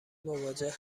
مواجه